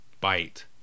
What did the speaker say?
bite